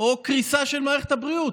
או קריסה של מערכת הבריאות,